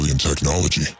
technology